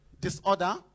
disorder